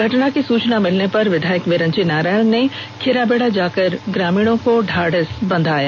घटना की सूचना मिलने पर विधायक विरंची नारायण ने खिराबेड़ा जाकर ग्रामीणों को ढ़ाढ्स बंधाया